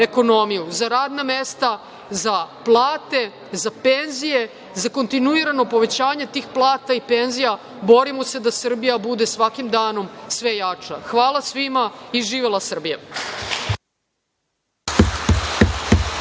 ekonomiju, za radna mesta, za plate, za penzije, za kontinuirano povećanje tih plata i penzija, borimo se da Srbija bude svakim danom sve jača. Hvala svima i živela Srbija.